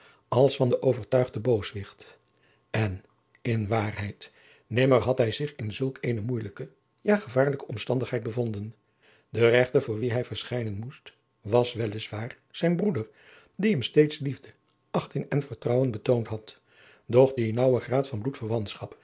als van den overtuigden booswicht en in waarheid nimmer had hij zich in zulk eene moeielijke ja gevaarlijke omstandigheid bevonden de rechter voor wien hij verschijnen jacob van lennep de pleegzoon moest was wel is waar zijn broeder die hem steeds liefde achting en vertrouwen betoond had doch die naauwe graad van